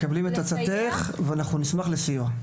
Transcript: אנחנו מקבלים את עצתך ונשמח לסיוע.